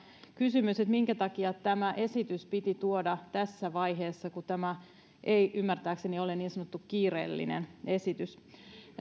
kysymys minkä takia tämä esitys piti tuoda tässä vaiheessa kun tämä ei ymmärtääkseni ole niin sanottu kiireellinen esitys